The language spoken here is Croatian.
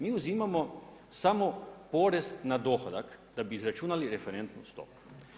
Mi uzimamo samo porez na dohodak da bi izračunali referentnu stopu.